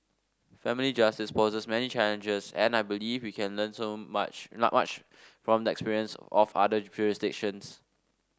family justice poses many challenges and I believe we can learn so much not much from the experience of other jurisdictions